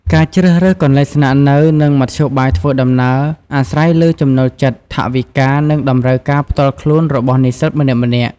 ការជ្រើសរើសកន្លែងស្នាក់នៅ និងមធ្យោបាយធ្វើដំណើរ អាស្រ័យលើចំណូលចិត្ត ថវិកា និងតម្រូវការផ្ទាល់ខ្លួនរបស់និស្សិតម្នាក់ៗ។